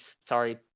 sorry